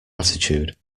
attitude